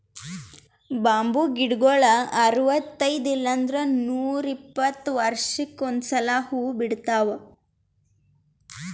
bamboo ಗಿಡಗೊಳ್ ಅರವತೈದ್ ಇಲ್ಲಂದ್ರ ನೂರಿಪ್ಪತ್ತ ವರ್ಷಕ್ಕ್ ಒಂದ್ಸಲಾ ಹೂವಾ ಬಿಡ್ತಾವ್